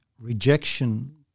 rejection